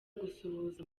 gusuhuza